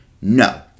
No